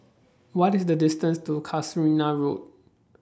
What IS The distance to Casuarina Road